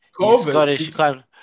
COVID